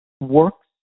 works